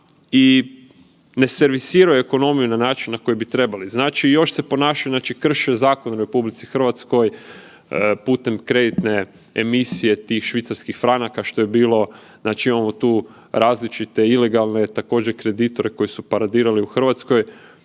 i ne servisiraju ekonomiju na način na koji bi trebali. Znači još se ponašaju, krše zakon u RH putem kreditne emisije tih švicarskih franaka što je bilo, znači imamo tu različite ilegalne također, kreditore koji su paradirali u Hrvatskoj,